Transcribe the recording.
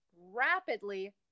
rapidly